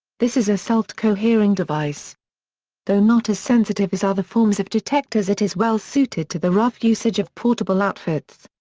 this is a self-decohering device though not as sensitive as other forms of detectors it is well suited to the rough usage of portable outfits.